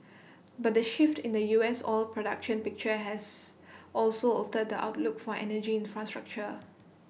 but the shift in the U S oil production picture has also altered the outlook for energy infrastructure